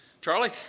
Charlie